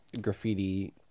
graffiti